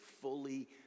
fully